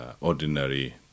ordinary